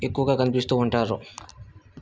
ఎక్కువగా కనిపిస్తు ఉంటారు